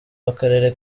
w’akarere